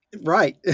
Right